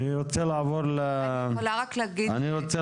אני רוצה